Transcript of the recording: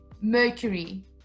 Mercury